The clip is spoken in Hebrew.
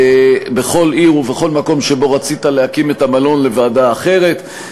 בכל עיר ובכל מקום שבו רוצים להקים את המלון לוועדה אחרת.